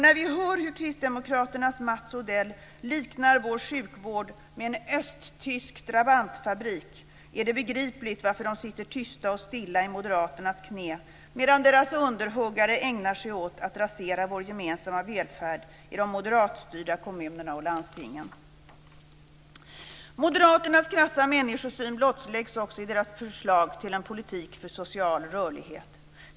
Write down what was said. När vi hör hur Kristdemokraterna och Mats Odell liknar vår sjukvård med en östtysk Trabantfabrik är det begripligt att de sitter tysta och stilla i Moderaternas knä, medan deras underhuggare ägnar sig åt att rasera vår gemensamma välfärd i de moderatstyrda kommunerna och landstingen. Moderaternas krassa människosyn blottläggs också i deras förslag till en politik för social rörlighet.